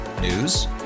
News